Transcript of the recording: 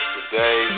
Today